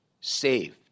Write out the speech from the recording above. saved